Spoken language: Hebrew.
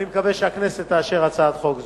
אני מקווה שהכנסת תאשר הצעת חוק זו.